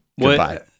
Goodbye